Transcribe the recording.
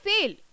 fail